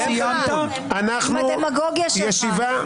שמחה, עם הדמגוגיה שלך.